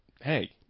Hey